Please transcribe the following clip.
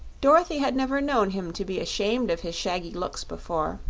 dorothy had never known him to be ashamed of his shaggy looks before,